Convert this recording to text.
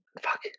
Fuck